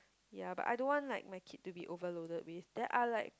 ya but I don't want like my kid to be overloaded with then I like